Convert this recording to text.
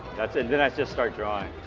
that's it and then i just start drawing.